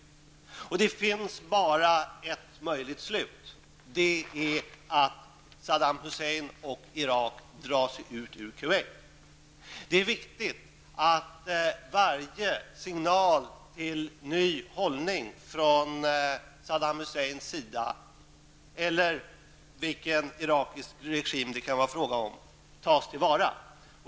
Det finns bara ett möjligt slut, nämligen att Saddam Hussein och Irak drar sig ut ur Kuwait. Det är viktigt att varje signal till ny hållning från Saddam Husseins sida, eller den irakiska regim det kan vara fråga om, tas till vara.